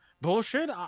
Bullshit